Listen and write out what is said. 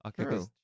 okay